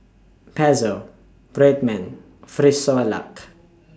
Pezzo Red Man Frisolac